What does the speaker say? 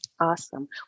Awesome